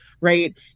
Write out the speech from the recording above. right